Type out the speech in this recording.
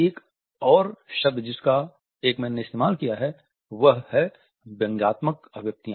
एक और शब्द जिसका एकमैन ने इस्तेमाल किया है वह है व्यंग्यात्मक अभिव्यक्तियाँ